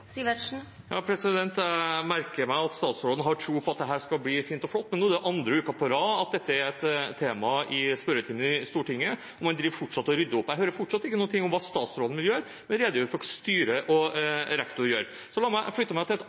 Sivertsen – til oppfølgingsspørsmål. Jeg merker meg at statsråden har tro på at dette skal bli fint og flott. Men nå er det andre uken på rad at dette er et tema i spørretimen i Stortinget, og man driver fortsatt og rydder opp. Jeg hører fortsatt ikke noen ting om hva statsråden vil gjøre, men hun redegjør for hva styret og rektor gjør. La meg da gå over til et